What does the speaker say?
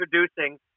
introducing